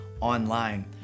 online